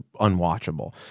unwatchable